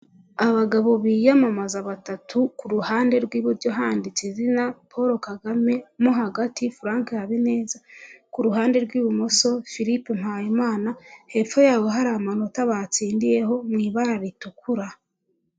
Abagabo biyamamaza batatu, ku ruhande rw'iburyo handitse izina Paul Kagame mo hagati Furanki Habineza, ku ruhande rw'ibumoso Filipe Mpayimana, hepfo yaho hari amanota batsindiyeho mu ibara ritukura.